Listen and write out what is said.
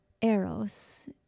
Eros